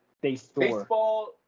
Baseball